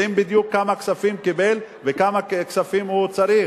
יודעים בדיוק כמה כספים הוא קיבל וכמה כספים הוא צריך.